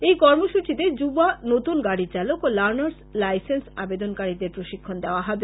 এই কর্মসূচিতে যোবা নতুন গাড়ী চালক ও লার্ণার লাইসেন্স আবেদনকারীদের প্রশিক্ষণ দেওয়া হবে